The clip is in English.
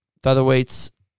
Featherweights